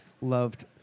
loved